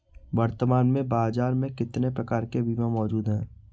वर्तमान में बाज़ार में कितने प्रकार के बीमा मौजूद हैं?